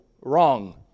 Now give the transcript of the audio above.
wrong